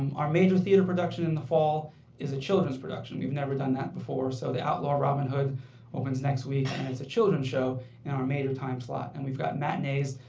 our major theater production in the fall is a children's production. we've never done that before. so the outlaw robin hood opens next week. and it's a children's show in our time slot. and we've got matinees,